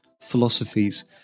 philosophies